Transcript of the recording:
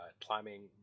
climbing